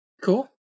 Cool